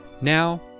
Now